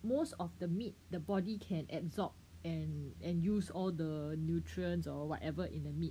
most of the meat the body can absorb and and use all the nutrients or whatever in the meat